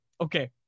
Okay